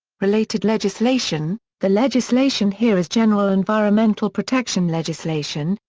related legislation the legislation here is general environmental protection legislation,